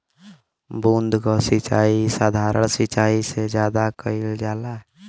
बूंद क सिचाई साधारण सिचाई से ज्यादा कईल जाला